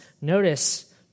Notice